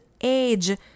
age